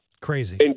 Crazy